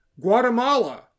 Guatemala